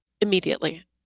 immediately